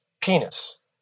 penis